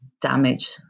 damage